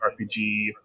RPG